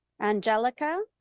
Angelica